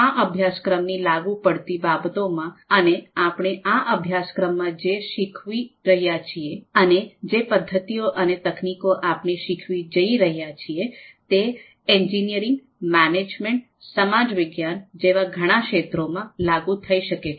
આ અભ્યાસક્રમની લાગુ પડતી બાબતોમાં અને આપણે આ અભ્યાસક્રમમાં જે શીખવી રહ્યા છીએ અને જે પદ્ધતિઓ અને તકનીકો આપણે શીખવા જઈ રહ્યા છીએ તે એન્જિનિયરિંગ મેનેજમેન્ટ સામાજિક વિજ્ઞાન જેવા ઘણા ક્ષેત્રોમાં લાગુ થઈ શકે છે